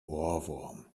ohrwurm